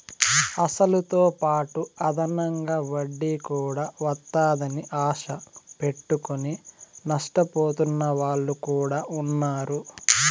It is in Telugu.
అసలుతోపాటు అదనంగా వడ్డీ కూడా వత్తాదని ఆశ పెట్టుకుని నష్టపోతున్న వాళ్ళు కూడా ఉన్నారు